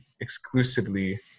exclusively